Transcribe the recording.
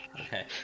Okay